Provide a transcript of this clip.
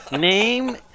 name